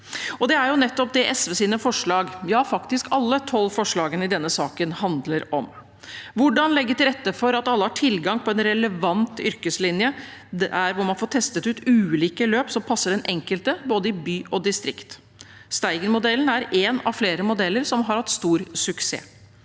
Det er nettopp det SVs forslag – ja, faktisk alle de tolv forslagene i denne saken – handler om: – Hvordan legge til rette for at alle har tilgang på en relevant yrkesfaglinje hvor man får testet ut ulike løp som passer den enkelte både i by og i distrikt? Steigenmodellen er én av flere som har hatt stor suksess.